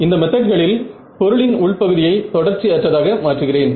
இந்த மெத்தட்களில் பொருளின் உள்பகுதியை தொடர்ச்சி அற்றதாக மாற்றுகிறேன்